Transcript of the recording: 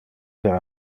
per